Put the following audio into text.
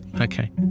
Okay